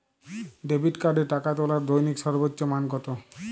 Debit কার্ডে টাকা তোলার দৈনিক সর্বোচ্চ মান কতো?